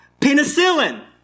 penicillin